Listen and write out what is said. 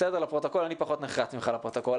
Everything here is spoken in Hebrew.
ואני פחות נחרץ ממך לפרוטוקול,